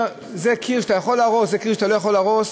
זה קיר שאתה יכול להרוס וזה קיר שאתה לא יכול להרוס.